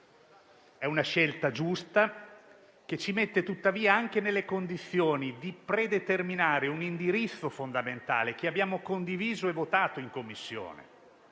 È una scelta giusta, che ci mette tuttavia anche nelle condizioni di predeterminare un indirizzo fondamentale, che abbiamo condiviso e votato in Commissione,